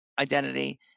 identity